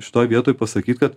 šitoj vietoj pasakyt kad